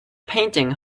painting